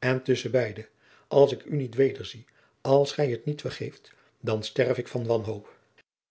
pzn het leven van maurits lijnslager tio en tusschen beide als ik u niet wederzie als gij het niet vergeeft dan sterf ik van wanhoop